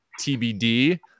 TBD